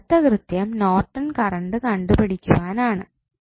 ഇനി അടുത്ത കൃത്യം നോർട്ടൺ കറണ്ട് കണ്ടുപിടിക്കുവാൻ ആണ്